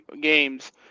games